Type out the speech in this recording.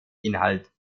inhalt